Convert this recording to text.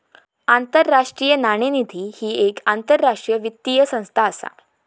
आंतरराष्ट्रीय नाणेनिधी ही येक आंतरराष्ट्रीय वित्तीय संस्था असा